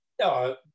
no